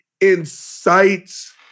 incites